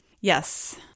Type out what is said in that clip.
Yes